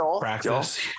practice